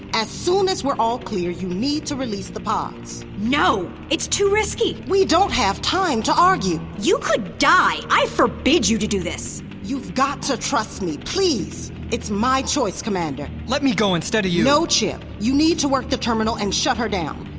as soon as we're all clear you need to release the pods no! it's too risky! we don't have time to argue! you could die, i forbid you to do this! you've got to trust me, please! it's my choice commander let me go instead of you! no, chip. you need to work the terminal and shut her down.